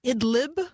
Idlib